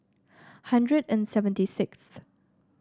hundred and seventy sixth